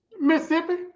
Mississippi